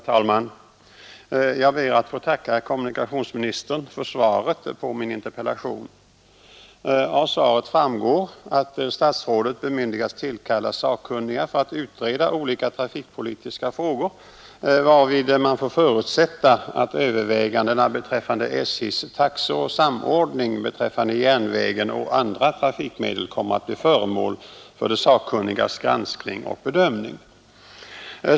Herr talman! Jag ber att få tacka kommunikationsministern för svaret på min interpellation. Av svaret framgår att statsrådet bemyndigats tillkalla sakkunniga för att utreda olika trafikpolitiska frågor, varvid man får förutsätta att utformningen av SJ:s taxor och samordningen mellan järnvägen och andra trafikmedel kommer att bli föremål för de sakkunnigas granskning och bedömning.